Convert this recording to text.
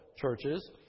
churches